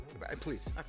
Please